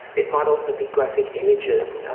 it might also be graphic images.